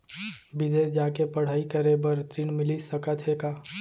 बिदेस जाके पढ़ई करे बर ऋण मिलिस सकत हे का?